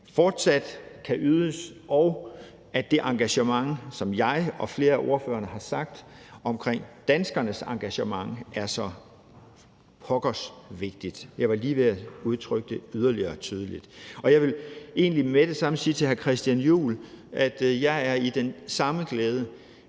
fortsat kan ydes, og at det engagement – som jeg og flere af ordførerne har sagt i forhold til danskernes engagement – er så pokkers vigtigt. Jeg var lige ved at udtrykke det yderligere tydeligt. Jeg vil egentlig med det samme sige til hr. Christian Juhl, at jeg har den samme glæde.